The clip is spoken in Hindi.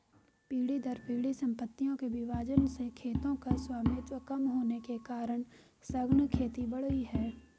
पीढ़ी दर पीढ़ी सम्पत्तियों के विभाजन से खेतों का स्वामित्व कम होने के कारण सघन खेती बढ़ी है